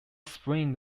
spring